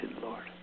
Lord